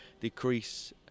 decrease